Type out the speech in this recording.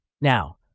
Now